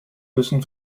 müssen